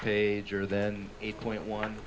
page or then eight point one